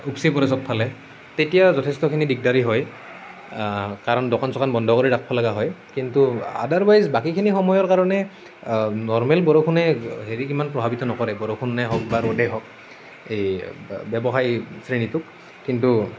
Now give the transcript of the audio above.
উপচি পৰে চবফালে তেতিয়া যথেষ্টখিনি দিগদাৰি হয় কাৰণ দোকান চোকান বন্ধ কৰি ৰাখিবলগা হয় কিন্তু আডাৰৱাইজ বাকীখিনি সময়ৰ কাৰণে নৰ্মেল বৰষুণে হেৰিত ইমান প্ৰভাৱিত নকৰে বৰষুণে হওক বা ৰ'দে হওক এই ব ব্যৱসায়ী শ্ৰেণীটোক কিন্তু